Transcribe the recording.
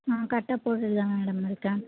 ஆ கரெட்டாக போட்டுகிட்டு தான் மேம் மேடம் இருக்கேன்